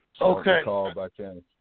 Okay